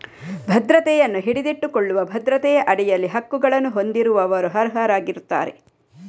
ಭದ್ರತೆಯನ್ನು ಹಿಡಿದಿಟ್ಟುಕೊಳ್ಳುವ ಭದ್ರತೆಯ ಅಡಿಯಲ್ಲಿ ಹಕ್ಕುಗಳನ್ನು ಹೊಂದಿರುವವರು ಅರ್ಹರಾಗಿರುತ್ತಾರೆ